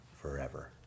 forever